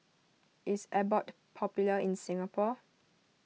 is Abbott popular in Singapore